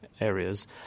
areas